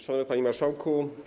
Szanowny Panie Marszałku!